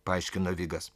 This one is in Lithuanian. paaiškino vigas